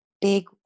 big